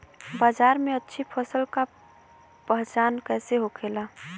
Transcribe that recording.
बाजार में अच्छी फसल का पहचान कैसे होखेला?